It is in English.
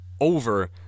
over